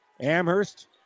Amherst